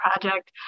Project